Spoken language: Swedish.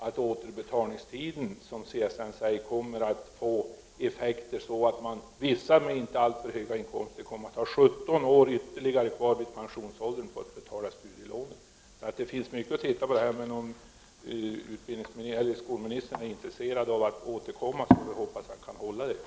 CSN påpekar att bestämmelserna om återbetalningstiden kommer att medföra att vissa med inte alltför höga inkomster vid pensionsåldern kommer att få fortsätta att betala tillbaka sina studieskulder i ytterligare 17 år. Det finns således mycket att studera närmare. Jag hoppas att skolministern är intresserad av att återkomma i frågan.